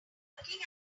looking